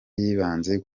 yibanze